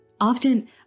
often